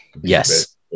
Yes